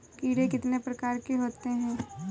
कीड़े कितने प्रकार के होते हैं?